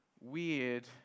weird